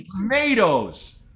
tomatoes